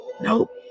Nope